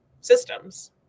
systems